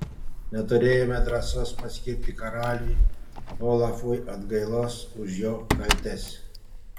neturėjome drąsos paskirti karaliui olafui atgailos už jo kaltes